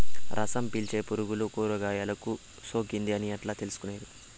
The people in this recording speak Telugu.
రసం పీల్చే పులుగులు కూరగాయలు కు సోకింది అని ఎట్లా తెలుసుకునేది?